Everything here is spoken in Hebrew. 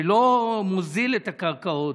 שלא מוזילה את הקרקעות.